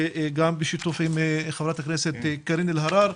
ובשיתוף עם חברת הכנסת קארין אלהרר,